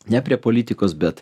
ne prie politikos bet